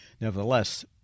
nevertheless